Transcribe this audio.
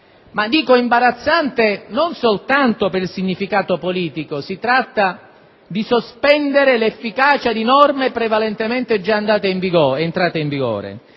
imbarazzante e non soltanto per il significato politico. Si tratta infatti di sospendere l'efficacia di norme prevalentemente già entrate in vigore,